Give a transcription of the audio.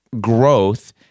growth